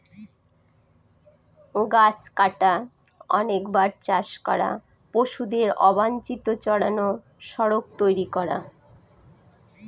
গাছ কাটা, অনেকবার চাষ করা, পশুদের অবাঞ্চিত চড়ানো, সড়ক তৈরী করা